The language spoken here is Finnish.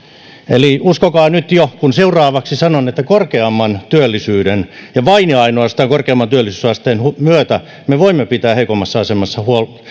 eli uskokaa nyt jo kun seuraavaksi sanon että korkeamman työllisyyden vain ja ainoastaan korkeamman työllisyysasteen myötä me voimme pitää heikommassa asemassa